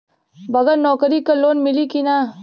बगर नौकरी क लोन मिली कि ना?